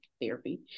therapy